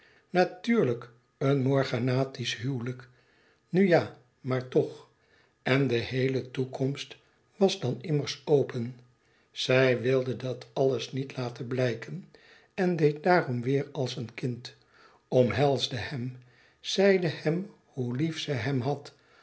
natuurlijk een morganatisch huwelijk nu ja maar toch en de héele toekomst was dan immers open zij wilde dat alles niet laten blijken en deed daarom weêr als een kind omhelsde hem zeide hem hoe lief ze hem had